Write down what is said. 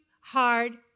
hard